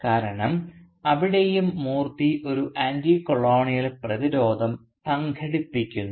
കാരണം അവിടെയും മൂർത്തി ഒരു ആൻറ്റികോളോണിയൽ പ്രതിരോധം സംഘടിപ്പിക്കുന്നു